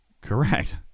Correct